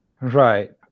Right